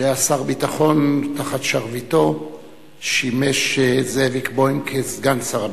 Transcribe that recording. שהיה שר הביטחון ותחת שרביטו שימש זאביק בוים סגן שר הביטחון.